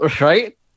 right